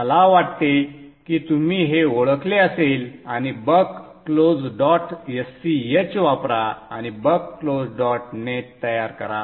मला वाटते की तुम्ही हे ओळखले असेल आणि बक क्लोज डॉट sch वापरा आणि बक क्लोज डॉट net तयार करा